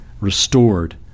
restored